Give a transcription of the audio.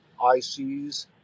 ICs